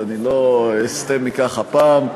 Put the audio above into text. אז לא אסטה מכך הפעם,